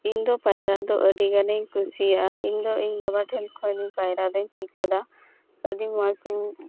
ᱤᱧᱫᱚ ᱯᱟᱭᱨᱟᱜ ᱫᱚ ᱟᱹᱰᱤ ᱜᱟᱱᱤᱧ ᱠᱩᱥᱤᱭᱟᱜᱼᱟ ᱤᱧᱫᱚ ᱤᱧ ᱵᱟᱵᱟ ᱴᱷᱮᱱᱠᱷᱚᱱ ᱯᱟᱭᱨᱟᱫᱚᱧ ᱪᱤᱫ ᱠᱟᱫᱟ ᱟᱹᱰᱤ ᱢᱚᱡᱽ ᱤᱧ